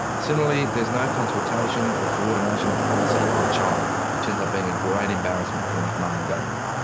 similarly there's no consultation or co-ordination of policy on china, which ends up being a great embarrassment for the mcmahon government.